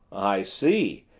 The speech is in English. i see!